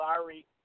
Larry